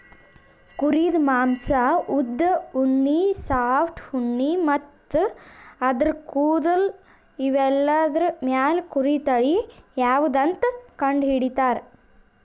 ಕುರಿದ್ ಮಾಂಸಾ ಉದ್ದ್ ಉಣ್ಣಿ ಸಾಫ್ಟ್ ಉಣ್ಣಿ ಮತ್ತ್ ಆದ್ರ ಕೂದಲ್ ಇವೆಲ್ಲಾದ್ರ್ ಮ್ಯಾಲ್ ಕುರಿ ತಳಿ ಯಾವದಂತ್ ಕಂಡಹಿಡಿತರ್